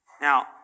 Now